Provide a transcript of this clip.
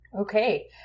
Okay